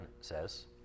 says